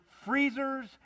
freezers